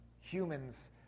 Humans